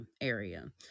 area